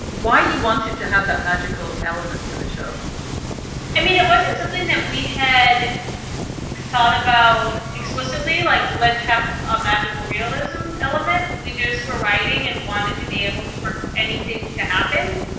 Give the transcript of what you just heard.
why you wanted to have that magical element to the show i mean, it wasn't something that we had thought about explicitly, like let's have a magical realism element. we just were writing and wanted to be able for anything to happen.